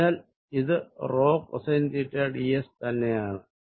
അതിനാൽ ഇത് rho cosine theta ds തന്നെയാണ്